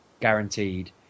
guaranteed